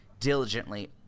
Diligently